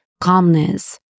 calmness